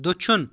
دٔچھُن